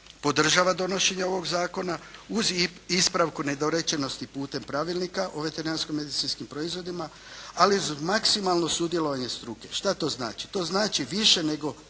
podržava donošenje ovog zakona uz ispravku nedorečenosti putem pravilnika o veterinarsko-medicinskim proizvodima ali uz maksimalno sudjelovanje struke. Šta to znači? To znači više nego